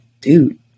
dude